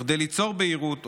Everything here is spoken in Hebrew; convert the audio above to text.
וכדי ליצור בהירות,